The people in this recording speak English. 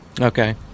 Okay